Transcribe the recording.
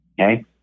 Okay